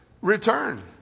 return